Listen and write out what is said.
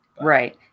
right